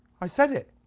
i said it.